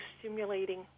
stimulating